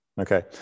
Okay